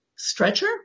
stretcher